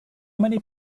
many